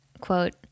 quote